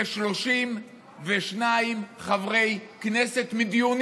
כ-32 חברי כנסת מדיונים